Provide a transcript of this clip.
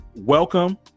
Welcome